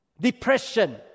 depression